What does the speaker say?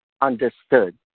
Understood